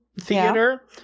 theater